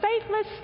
faithless